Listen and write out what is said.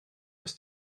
aus